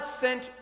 sent